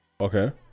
Okay